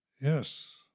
Yes